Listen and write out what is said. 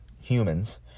humans